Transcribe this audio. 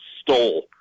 stole